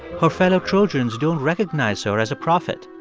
her fellow trojans don't recognize her as a prophet,